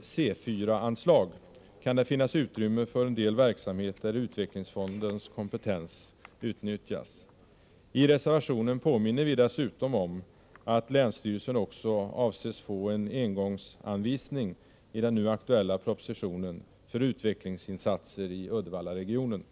C 4-anslag kan det finnas utrymme för en del verksamhet där utvecklingsfondens kompetens utnyttjas. I reservationen påminner vi dessutom om att länsstyrelsen också avses få en engångsanvisning i den nu aktuella propositionen för utvecklingsinsatser i Uddevallaregionen.